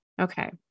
Okay